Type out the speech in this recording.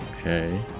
okay